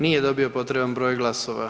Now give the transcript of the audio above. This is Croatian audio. Nije dobio potreban broj glasova.